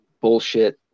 bullshit